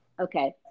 Okay